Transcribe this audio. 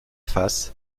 fasse